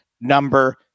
number